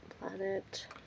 Planet